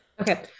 okay